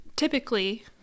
Typically